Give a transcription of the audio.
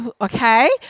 okay